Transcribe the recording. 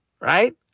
right